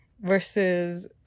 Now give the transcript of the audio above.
versus